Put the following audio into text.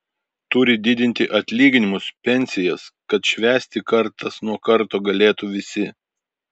turi didinti atlyginimus pensijas kad švęsti kartas nuo karto galėtų visi